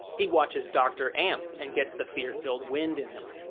he watches dr. amp and gets the fear-filled wind in him.